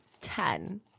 ten